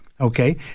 Okay